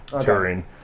touring